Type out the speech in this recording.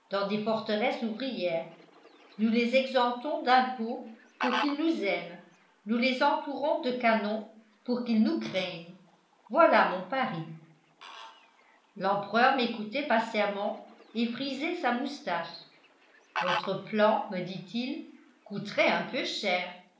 des forteresses ouvrières nous les exemptons d'impôts pour qu'ils nous aiment nous les entourons de canons pour qu'ils nous craignent voilà mon paris l'empereur m'écoutait patiemment et frisait sa moustache votre plan me dit il coûterait un peu cher